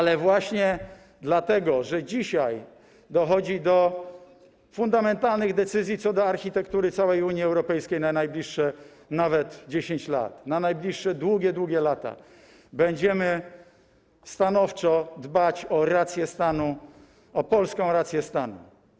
Ale właśnie dlatego, że dzisiaj dochodzi do fundamentalnych decyzji co do architektury całej Unii Europejskiej na najbliższe nawet 10 lat, na najbliższe długie, długie lata, będziemy stanowczo dbać o polską rację stanu.